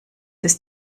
ist